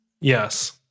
Yes